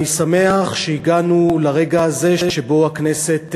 אני שמח שהגענו לרגע הזה שבו הכנסת,